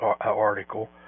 article